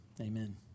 Amen